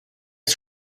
his